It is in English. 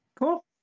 cool